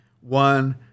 one